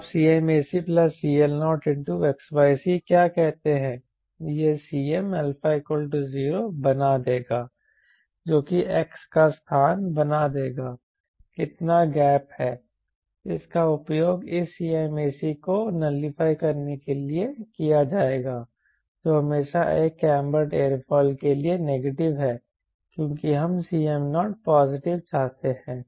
तो आप CmacCL0xc क्या कहते हैं यह Cmα0 बना देगा जो कि x का स्थान बना देगा कितना गैप है इसका उपयोग इस Cmac को नलीफाइ करने के लिए किया जाएगा जो हमेशा एक कैंबर्ड एयरोफॉयल के लिए नेगेटिव है क्योंकि हम Cm0 पॉजिटिव चाहते हैं